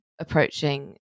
approaching